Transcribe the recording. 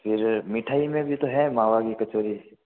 फिर मिठाई मे भी तो है मावा की कचोरी